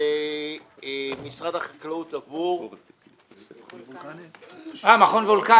למשרד החקלאות עבור --- מכון וולקני, כן.